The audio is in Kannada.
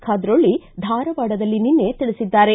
ಖಾದ್ರೊಳ್ಳಿ ಧಾರವಾಡದಲ್ಲಿ ನಿನ್ನೆ ತಿಳಿಸಿದ್ದಾರೆ